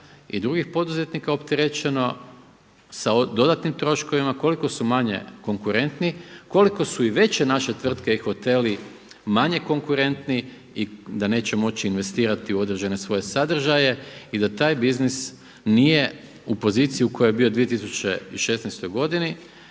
i drugih poduzetnika opterećeno sa dodatnim troškovima, koliko su manje konkurentni, koliko su veće naše tvrtke i hoteli manje konkurentni i da neće moći investirati u određene svoje sadržaje i da taj biznis nije u poziciji u kojoj je bio u 2016. godini